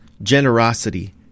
generosity